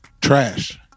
Trash